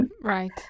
Right